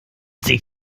sich